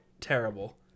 terrible